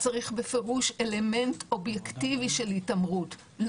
צריך בפירוש אלמנט אובייקטיבי של התעמרות.